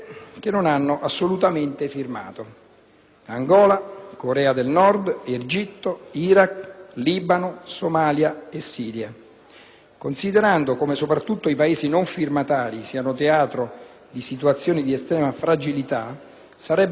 Considerando come soprattutto i Paesi non firmatari siano teatro di situazioni di estrema fragilità, sarebbe auspicabile che la diplomazia italiana, in sede multilaterale, si adoperasse per stimolare la sottoscrizione dell'Accordo di questi Paesi,